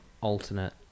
alternate